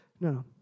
no